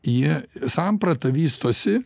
jie samprata vystosi